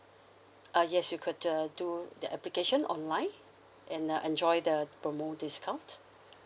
uh yes you could uh do the application online and uh enjoy the promo discount